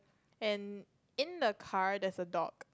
and in the car there's a dog